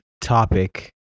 topic